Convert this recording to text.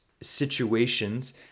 situations